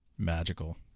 Magical